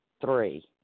three